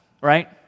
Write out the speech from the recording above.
right